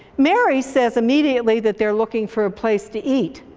mary says immediately that they're looking for place to eat,